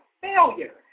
failure